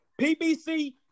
PBC